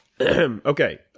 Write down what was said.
Okay